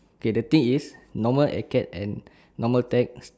okay the thing is normal acad and normal tech